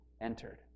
entered